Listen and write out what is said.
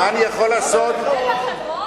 מה אני יכול לעשות, אין לכם רוב?